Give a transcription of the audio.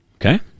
Okay